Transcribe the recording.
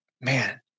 man